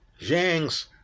Zhang's